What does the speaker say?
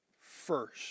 first